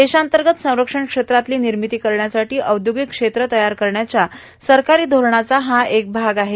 देशाअंतर्गत संरक्षण क्षेत्रातली निर्मिती करण्यासाठी औद्योगिक क्षेत्र तयार करण्याच्या सरकारच्या धोरणाचा हा एक भाग आहे